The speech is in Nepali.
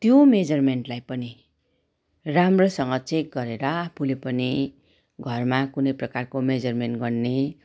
त्यो मेजरमेन्टलाई पनि राम्रोसँग चेक गरेर आफूले पनि घरमा कुनै प्रकारको मेजरमेन्ट गर्ने